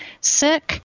sick